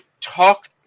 talk